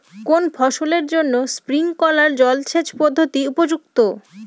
কোন ফসলের জন্য স্প্রিংকলার জলসেচ পদ্ধতি উপযুক্ত?